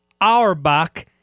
Auerbach